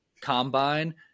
combine